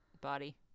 body